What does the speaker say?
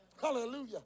Hallelujah